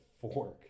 fork